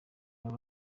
baba